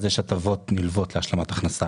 יש הטבות נלוות להשלמת הכנסה,